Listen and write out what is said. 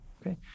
okay